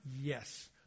Yes